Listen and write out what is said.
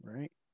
Right